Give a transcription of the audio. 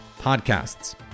podcasts